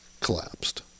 collapsed